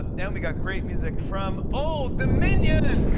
and we got great music from old dominion!